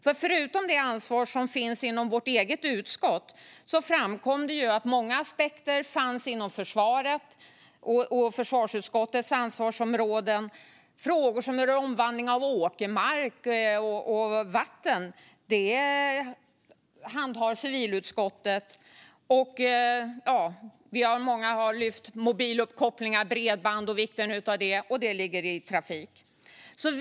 Förutom det ansvar som finns inom vårt eget utskott framkom att många aspekter fanns inom försvaret och försvarsutskottets ansvarsområden. Frågor som rör omvandling av åkermark och vatten handhar även civilutskottet. Många har lyft mobiluppkoppling och bredband och vikten av det, och det berör trafikutskottet.